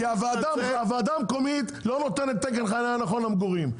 כי הוועדה המקומית לא נותנת תקן חנייה לכל המגורים.